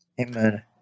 Amen